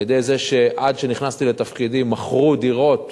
על-ידי זה שעד שנכנסתי לתפקידי מכרו דירות